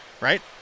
right